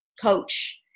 coach